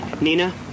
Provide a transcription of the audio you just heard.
Nina